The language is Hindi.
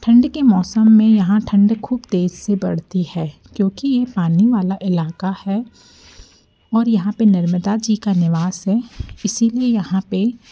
ठंड के मौसम में यहाँ ठंड खूब तेज से बढ़ती है क्योंकि ये पानी वाला इलाका है और यहाँ पे नर्मदा जी का निवास है इसीलिए यहाँ पे